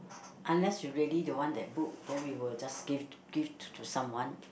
unless you really don't want that book then we will just give give to someone